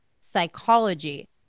psychology